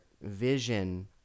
Vision